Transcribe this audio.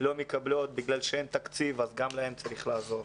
לא מקבלות בגלל שאין תקציב וגם להן צריך לעזור.